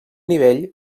nivell